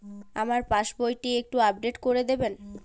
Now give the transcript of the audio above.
আমার পাসবই টি একটু আপডেট করে দেবেন?